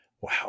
Wow